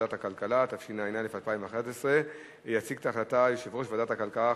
התשע"א 2011. יציג את ההחלטה יושב-ראש ועדת הכלכלה,